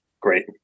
Great